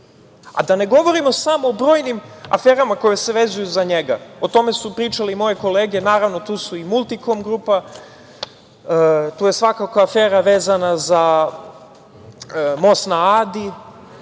a da ne govorimo brojnim aferama koje se vezuju za njega. O tome su pričale i moje kolege, naravno, tu su i „Multikom grupa“, tu je svakako afera vezana za Most na Adi,